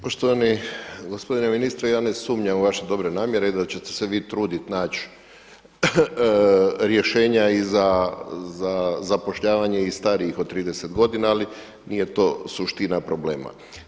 Poštovani gospodine ministre, ja ne sumnjam u vaše dobre namjera i da ćete se vi truditi nać rješenja i za zapošljavanje starijih od 30 godina, ali nije to suština problema.